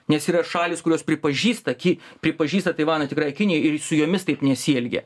nes yra šalys kurios pripažįsta ki pripažįsta taivaną tikrąja kinija ir su jomis taip nesielgia